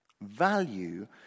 Value